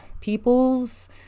peoples